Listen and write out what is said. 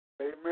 Amen